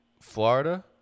Florida